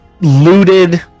looted